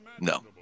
No